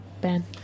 Ben